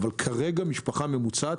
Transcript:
משפחה ממוצעת